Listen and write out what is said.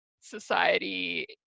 society